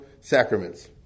sacraments